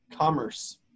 commerce